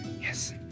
Yes